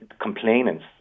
complainants